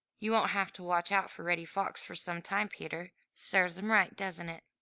you won't have to watch out for reddy fox for some time, peter. serves him right, doesn't it